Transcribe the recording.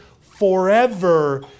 forever